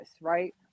right